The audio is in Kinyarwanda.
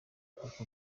kuko